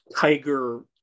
Tiger